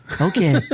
Okay